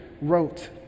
wrote